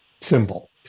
symbol